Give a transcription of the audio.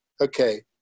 okay